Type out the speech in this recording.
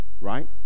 right